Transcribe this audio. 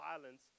violence